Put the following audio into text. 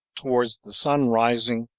towards the sun-rising,